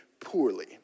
poorly